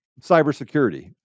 cybersecurity